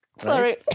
sorry